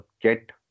get